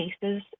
cases